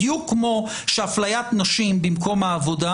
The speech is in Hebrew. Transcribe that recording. בדיוק כמו שאפליית נשים במקום העבודה